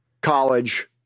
college